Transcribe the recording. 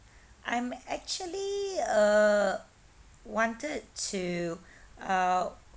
I'm actually uh wanted to uh